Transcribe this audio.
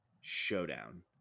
showdown